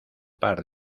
par